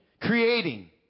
Creating